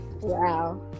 Wow